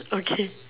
okay